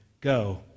go